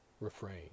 refrain